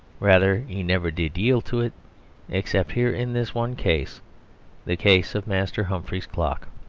rather he never did yield to it except here in this one case the case of master humphrey's clock.